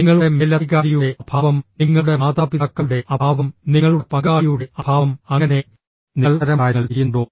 നിങ്ങളുടെ മേലധികാരിയുടെ അഭാവം നിങ്ങളുടെ മാതാപിതാക്കളുടെ അഭാവം നിങ്ങളുടെ പങ്കാളിയുടെ അഭാവം അങ്ങനെ നിങ്ങൾ അത്തരം കാര്യങ്ങൾ ചെയ്യുന്നുണ്ടോ